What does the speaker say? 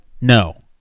No